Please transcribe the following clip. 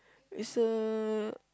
it's a